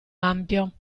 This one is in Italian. ampio